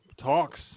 Talks